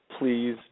please